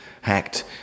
hacked